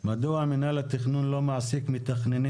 מדוע מינהל התכנון לא מעסיק מתכננים